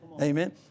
Amen